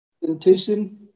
presentation